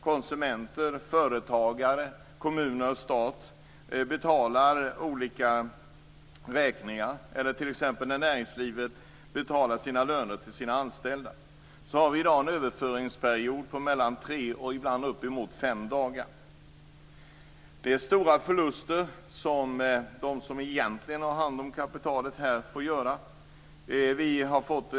konsumenters, företagares, kommuners och statens räkningsbetalningar och näringslivets löneutbetalningar till de anställda. Överföringstiden är från tre till ibland uppemot fem dagar. De som tillhandahåller kapitalet gör stora förluster på detta.